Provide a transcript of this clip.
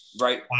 right